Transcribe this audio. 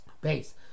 Base